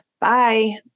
Bye